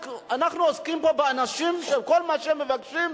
אנחנו עוסקים פה באנשים שכל מה שהם מבקשים,